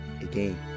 again